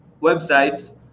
websites